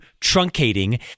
truncating